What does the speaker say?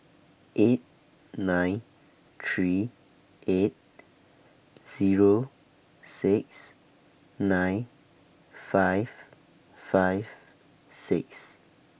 eight nine three eight Zero six nine five five six